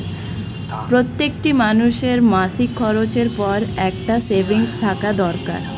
প্রত্যেকটি মানুষের মাসিক খরচের পর একটা সেভিংস থাকা দরকার